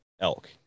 elk